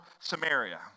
Samaria